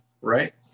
right